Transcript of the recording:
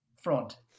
Front